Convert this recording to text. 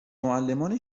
معلمان